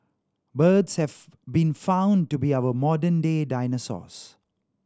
birds have been found to be our modern day dinosaurs